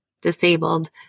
disabled